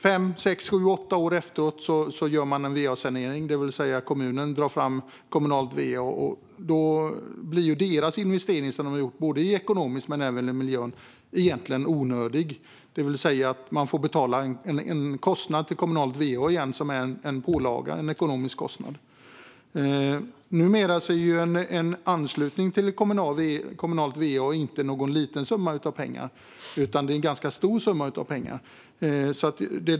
Fem, sex, sju eller åtta år efteråt gör man en va-sanering, det vill säga kommunen drar fram kommunalt va. Då blir den investering som de har gjort egentligen onödig, ekonomiskt men också för miljön. De får betala en ekonomisk kostnad för kommunalt va som en pålaga. Numera kostar en anslutning till kommunalt va inte någon liten summa utan en ganska stor summa pengar.